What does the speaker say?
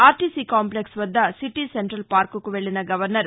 RTC complex వర్ద city central పార్కుకు వెళ్లిస గవర్నర్